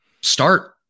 start